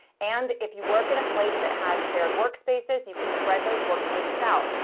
and if you work in a place that has shared workspaces, you can spread those workspaces out.